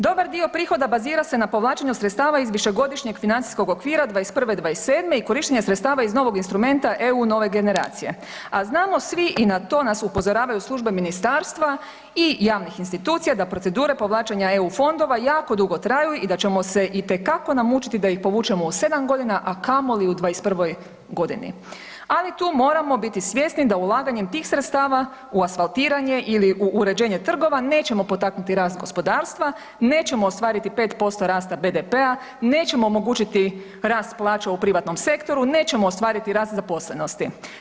Dobar dio prihoda bazira se na povlačenju sredstava iz višegodišnjeg financijskog okvira '21.–'27. i korištenje sredstava iz novog instrumenta EU nove generacije, a znamo svi i na to nas upozoravaju službe ministarstva i javnih institucija da procedure povlačenja EU fondova jako dugo traju i da ćemo se itekako namučiti da ih povučemo u 7 godina, a kamoli u '21. godini, ali tu moramo biti svjesni da ulaganjem tih sredstava u asfaltiranje ili u uređenje trgova nećemo potaknuti rast gospodarstva, nećemo ostvariti 5% rasta BDP-a, nećemo omogućiti rast plaća u privatnom sektoru, nećemo ostvariti rast zaposlenosti.